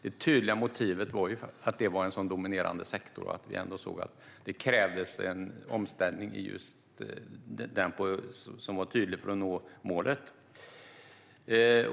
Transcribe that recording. Det tydliga motivet var att det är en så dominerande sektor och att vi såg att det krävdes en omställning just där för att nå målet.